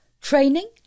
Training